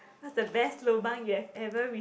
what's the best lobang you've ever re~